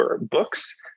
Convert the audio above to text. books